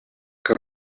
que